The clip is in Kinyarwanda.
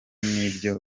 n’ibyo